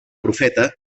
profeta